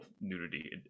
nudity